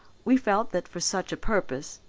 we felt that for such a purpose,